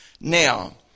Now